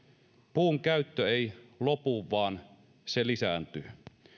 puun käyttö ei lopu vaan se lisääntyy